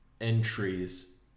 entries